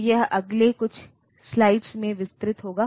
तो यह अगले कुछ स्लाइड्स में विस्तृत होगा